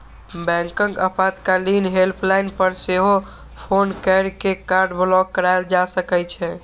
बैंकक आपातकालीन हेल्पलाइन पर सेहो फोन कैर के कार्ड ब्लॉक कराएल जा सकै छै